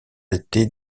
été